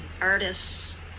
artists